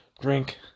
Drink